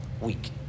week